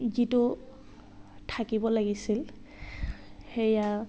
যিটো থাকিব লাগিছিল সেয়া